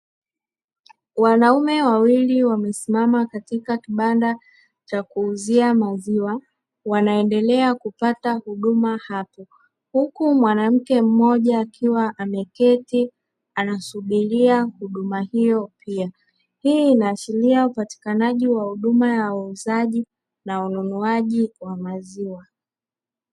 Wanaume wawili wamesimama katika kibanda cha kuuzia maziwa, wanaendelea kupata huduma hapo. Huku mwanamke mmoja akiwa ameketi anasubiria huduma hiyo pia. Hii inaashiria upatikanaji wa huduma ya uuzaji na ununuaji wa maziwa.